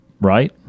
Right